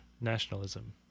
nationalism